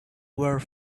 were